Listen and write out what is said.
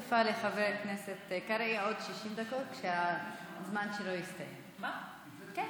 מגלים שאנשים מגיעים למצב של עוני כי הם לא יודעים לכלכל,